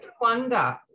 wonder